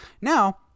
Now